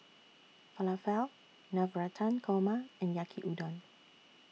Falafel Navratan Korma and Yaki Udon